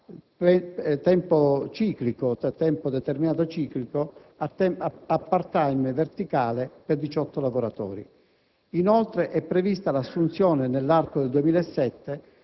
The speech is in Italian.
di contratto da tempo determinato ciclico a *part-time* verticale per 18 lavoratori. Inoltre, è prevista l'assunzione, nell'arco del 2007,